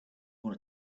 wanna